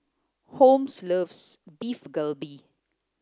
Holmes loves Beef Galbi